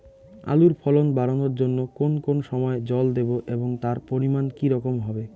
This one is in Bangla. আলুর ফলন বাড়ানোর জন্য কোন কোন সময় জল দেব এবং তার পরিমান কি রকম হবে?